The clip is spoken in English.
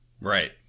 Right